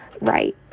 right